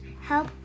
help